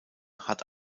hat